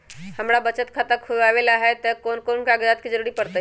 हमरा बचत खाता खुलावेला है त ए में कौन कौन कागजात के जरूरी परतई?